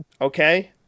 Okay